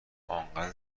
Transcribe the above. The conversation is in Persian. انقد